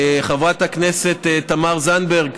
חברת הכנסת תמר זנדברג